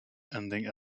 ending